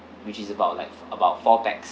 which is about like about four pax